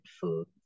food